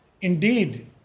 Indeed